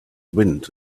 wind